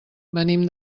venim